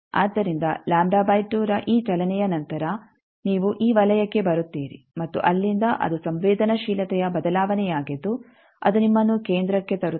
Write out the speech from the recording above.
ಆದ್ದರಿಂದ ರ ಈ ಚಲನೆಯ ನಂತರ ನೀವು ಈ ವಲಯಕ್ಕೆ ಬರುತ್ತೀರಿ ಮತ್ತು ಅಲ್ಲಿಂದ ಅದು ಸಂವೇದನಾಶೀಲತೆಯ ಬದಲಾವಣೆಯಾಗಿದ್ದು ಅದು ನಿಮ್ಮನ್ನು ಕೇಂದ್ರಕ್ಕೆ ತರುತ್ತದೆ